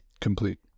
Complete